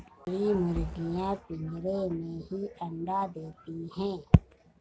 मेरी मुर्गियां पिंजरे में ही अंडा देती हैं